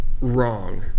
wrong